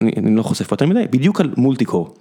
אני לא חושף יותר מדי בדיוק על מולטי קור.